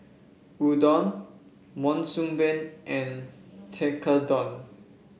Udon Monsunabe and Tekkadon